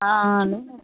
ਹਾਂ